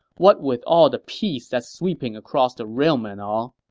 what with all the peace that's sweeping across the realm and all.